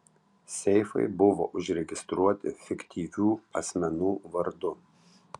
seifai buvo užregistruoti fiktyvių asmenų vardu